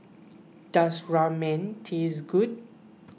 does Ramen taste good